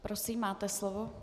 Prosím, máte slovo.